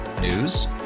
News